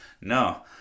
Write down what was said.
no